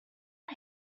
but